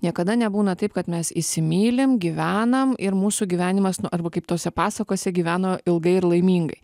niekada nebūna taip kad mes įsimylim gyvenam ir mūsų gyvenimas nu arba kaip tose pasakose gyveno ilgai ir laimingai